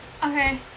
okay